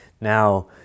Now